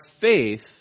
faith